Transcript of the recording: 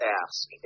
ask